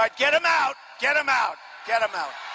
um get him out, get him out, get him out.